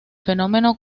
fenómeno